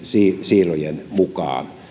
siilojen mukaan